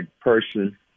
person